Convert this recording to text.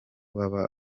baba